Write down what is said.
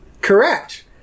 Correct